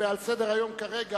על סדר-היום כרגע: